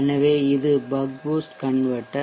எனவே இது buck boost converter